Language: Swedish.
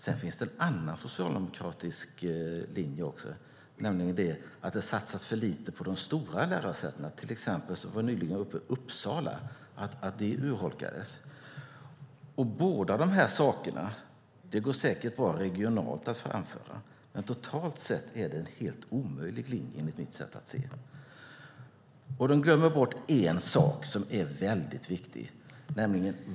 Sedan finns det en annan socialdemokratisk linje, nämligen att det satsas för lite på de stora lärosätena. Till exempel var det nyligen uppe att resurserna till Uppsala urholkades. Båda dessa saker går säkert bra att framföra regionalt. Men totalt sett är det enligt mitt sätt att se en helt omöjlig linje. De glömmer bort en sak som är väldigt viktig.